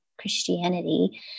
Christianity